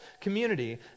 community